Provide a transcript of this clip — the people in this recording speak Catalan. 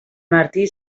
martí